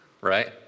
Right